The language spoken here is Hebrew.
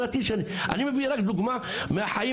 אני מביא רק דוגמה מהחיים,